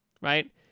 right